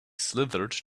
slithered